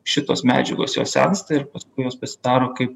šitos medžiagos jos sensta ir paskui jos pasidaro kaip